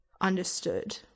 understood